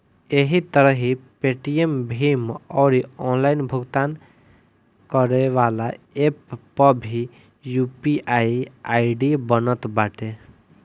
एही तरही पेटीएम, भीम अउरी ऑनलाइन भुगतान करेवाला एप्प पअ भी यू.पी.आई आई.डी बनत बाटे